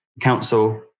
council